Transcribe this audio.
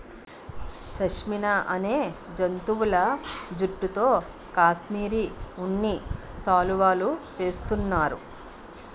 షష్మినా అనే జంతువుల జుట్టుతో కాశ్మిరీ ఉన్ని శాలువులు చేస్తున్నారు